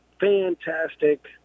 fantastic